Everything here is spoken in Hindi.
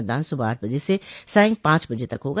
मतदान सुबह आठ बजे से सायं पांच बजे तक होगा